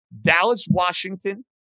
Dallas-Washington